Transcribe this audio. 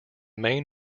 main